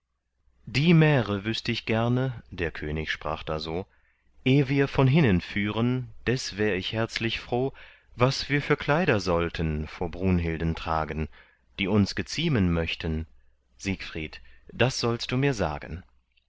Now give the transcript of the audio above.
die märe wüßt ich gerne der könig sprach da so eh wir von hinnen führen des wär ich herzlich froh was wir für kleider sollten vor brunhilden tragen die uns geziemen möchten siegfried das sollst du mir sagen